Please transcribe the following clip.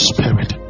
Spirit